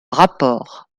rapport